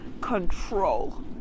control